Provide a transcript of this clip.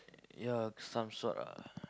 ya some sort ah